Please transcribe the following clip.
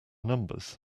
numbers